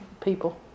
people